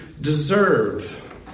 deserve